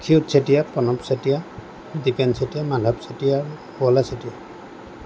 Kshirod Chetia Pranab Chetia Dipen Chetia Madhab Chetia Palash Chetia